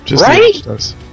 Right